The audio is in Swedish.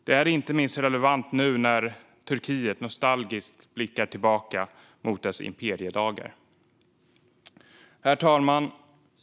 Det är inte minst relevant nu när Turkiet nostalgiskt blickar tillbaka på sina imperiedagar. Herr talman!